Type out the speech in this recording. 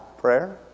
prayer